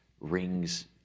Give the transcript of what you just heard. rings